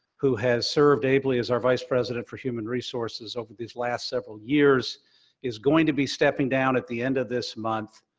who has served ably as our vice president for human resources over these last several years is going to be stepping down at the end of this month,